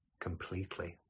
completely